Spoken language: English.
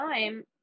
time